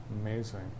amazing